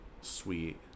Sweet